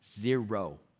Zero